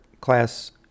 class